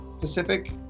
Pacific